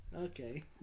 Okay